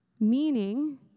Meaning